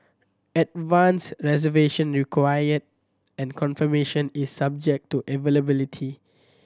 advance reservation required and confirmation is subject to availability